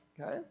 Okay